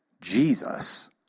Jesus